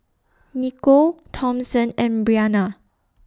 Nicole Thompson and Brianna